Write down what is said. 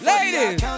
Ladies